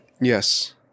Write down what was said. Yes